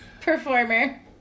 performer